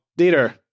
Dieter